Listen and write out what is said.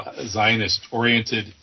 Zionist-oriented